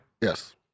Yes